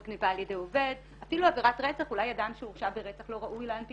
ברגע שאתם לא נותנים להם את אותם תנאים,